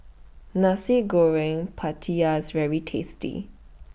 Nasi Goreng Pattaya IS very tasty